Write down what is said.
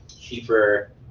cheaper